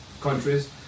countries